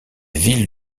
ville